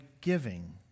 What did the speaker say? giving